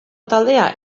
taldea